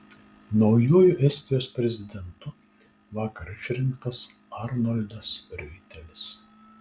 naujuoju estijos prezidentu vakar išrinktas arnoldas riuitelis